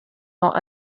not